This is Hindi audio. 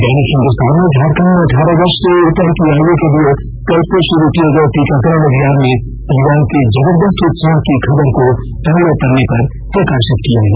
दैनिक हिंदुस्तान ने झारखंड में अठारह वर्ष से उपर की आयु के लिए कल से शुरू किए गए टीकाकरण अभियान में युवाओं के जबर्दस्त उत्साह की खबर को पहले पन्ने पर प्रकाशित किया है